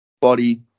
body